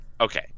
Okay